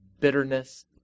bitterness